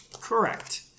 Correct